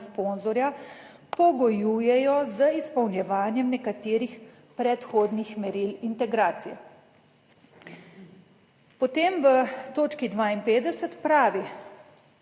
sponzorja pogojujejo z izpolnjevanjem nekaterih predhodnih meril integracije. Potem, v točki 52 pravi,